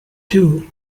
too